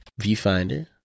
Viewfinder